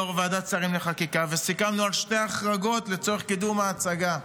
יושב-ראש ועדת השרים לחקיקה וסיכמנו על שתי החרגות לצורך קידום ההצעה.